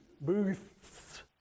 Booths